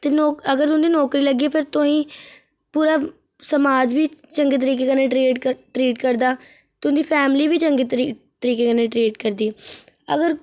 तुसेंगी पूरा समाज बी चंगे तरीके कन्नै ट्रीट करदा तुंदी फैमिली बी चंगे तरीके कन्नै ट्रीट करदी अगर